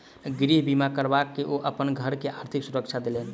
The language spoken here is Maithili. गृह बीमा करबा के ओ अपन घर के आर्थिक सुरक्षा देलैन